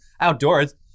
outdoors